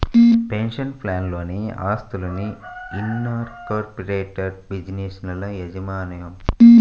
pension ప్లాన్లలోని ఆస్తులు, incorporated బిజినెస్ల యాజమాన్యం